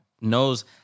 knows